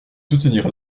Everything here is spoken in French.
soutenir